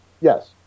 Yes